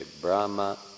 Brahma